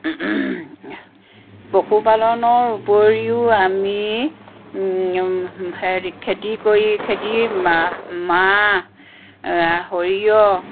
পশু পালনৰ ওপৰিও আমি হেৰি খেতি কৰি খেতি মাহ মাহ সৰিয়হ